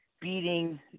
beating